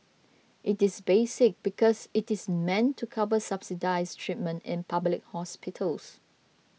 it is basic because it is meant to cover subsidised treatment in public hospitals